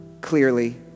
clearly